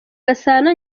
gasana